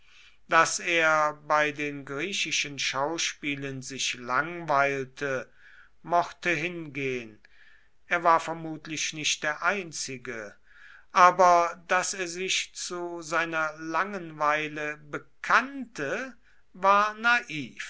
daß er bei den griechischen schauspielen sich langweilte mochte hingehen er war vermutlich nicht der einzige aber daß er sich zu seiner langenweile bekannte war naiv